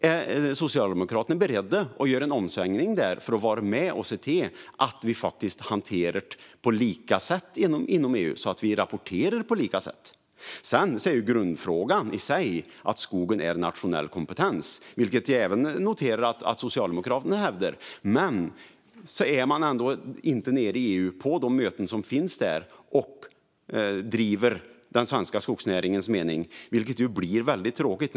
Är Socialdemokraterna beredda att göra en omsvängning för att vara med och se till att vi kan hantera frågorna lika inom EU, det vill säga att vi rapporterar på lika sätt? Grundfrågan är i sig att skogen är nationell kompetens, vilket jag noterar att även Socialdemokraterna hävdar. Men om man inte deltar på mötena i EU och driver den svenska skogsnäringens mening blir det tråkigt.